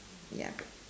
ya